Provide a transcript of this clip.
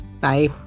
Bye